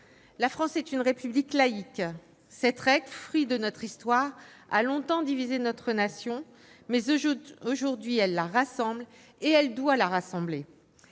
la France est une République laïque. Cette règle, fruit de notre histoire, a longtemps divisé notre nation, mais, aujourd'hui, elle la rassemble et elle doit la rassembler